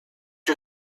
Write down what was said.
you